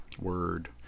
Word